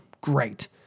Great